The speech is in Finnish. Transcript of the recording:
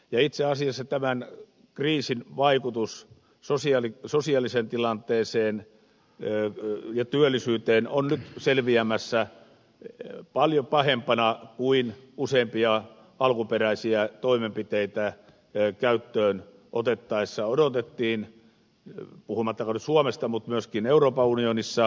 itse asiassa tämän kriisin vaikutus sosiaaliseen tilanteeseen ja työllisyyteen on nyt osoittautumassa paljon pahemmaksi kuin useimpia alkuperäisiä toimenpiteitä käyttöön otettaessa odotettiin puhumattakaan nyt suomesta mutta myöskin euroopan unionissa